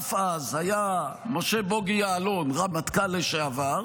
שהוחלף אז היה משה בוגי יעלון, רמטכ"ל לשעבר,